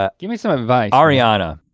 ah give me some advice. ariana